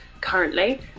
currently